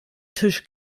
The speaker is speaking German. tisch